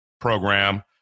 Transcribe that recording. program